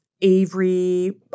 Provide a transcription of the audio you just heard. Avery